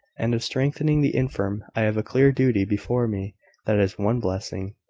and of strengthening the infirm. i have a clear duty before me that is one blessing.